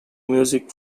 music